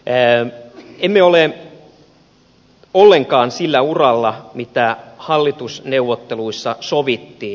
emme ole ollenkaan sillä uralla mitä hallitusneuvotteluissa sovittiin